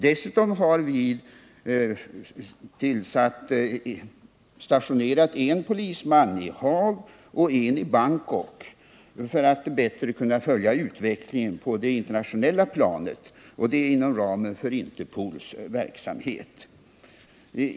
Dessutom har vi stationerat en polisman i Haag och en i Bangkok för att bättre kunna följa utvecklingen på det internationella planet. Det har skett inom ramen för Interpols verksamhet.